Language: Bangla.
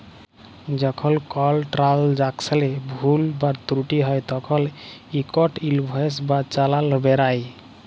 যখল কল ট্রালযাকশলে ভুল বা ত্রুটি হ্যয় তখল ইকট ইলভয়েস বা চালাল বেরাই